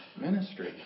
ministry